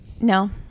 No